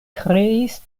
kreis